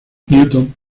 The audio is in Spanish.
newton